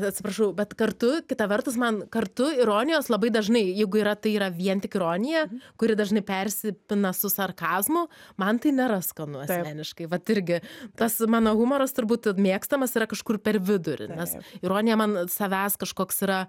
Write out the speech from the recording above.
atsiprašau bet kartu kita vertus man kartu ironijos labai dažnai jeigu yra tai yra vien tik ironija kuri dažnai persipina su sarkazmu man tai nėra skanu asmeniškai vat irgi tas mano humoras turbūt mėgstamas yra kažkur per vidurį nes ironija man savęs kažkoks yra